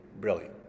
brilliant